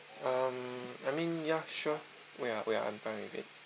um I meant ya sure we are we are I'm fine with it